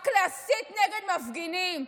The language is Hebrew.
רק להסית נגד מפגינים,